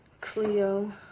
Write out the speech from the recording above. Cleo